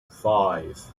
five